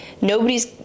nobody's